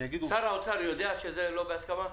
ויגידו --- שר האוצר יודע שזה לא בהסכמה?